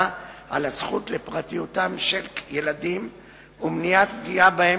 על הזכות לפרטיות של ילדים ומניעת פגיעה בהם